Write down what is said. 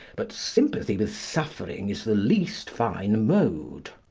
but sympathy with suffering is the least fine mode.